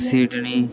Sydney